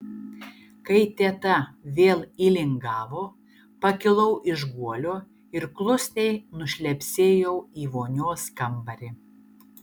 kai teta vėl įlingavo pakilau iš guolio ir klusniai nušlepsėjau į vonios kambarį